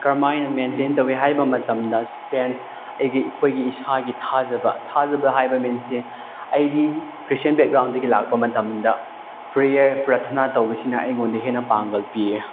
ꯀꯔꯝꯍꯥꯏꯅ ꯃꯦꯟꯇꯦꯟ ꯇꯧꯒꯦ ꯍꯥꯏꯕ ꯃꯇꯝꯗ ꯁꯦꯟꯁ ꯑꯩꯒꯤ ꯑꯩꯈꯣꯏꯒꯤ ꯏꯁꯥꯒꯤ ꯊꯥꯖꯕ ꯊꯥꯖꯕ ꯍꯥꯏꯕ ꯃꯤꯟꯁꯁꯦ ꯑꯩꯗꯤ ꯈ꯭ꯔꯤꯁꯇꯦꯟ ꯕꯦꯛꯒ꯭ꯔꯥꯎꯟꯗꯒꯤ ꯂꯥꯛꯄ ꯃꯇꯝꯗ ꯄ꯭ꯔꯦꯌꯔ ꯄ꯭ꯔꯊꯅꯥ ꯇꯧꯁꯤꯅ ꯑꯩꯉꯣꯟꯗ ꯍꯦꯟꯅ ꯄꯥꯡꯒꯜ ꯄꯤꯌꯦ